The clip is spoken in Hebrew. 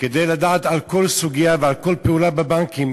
כדי לדעת על כל סוגיה ועל כל פעולה בבנקים.